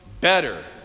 better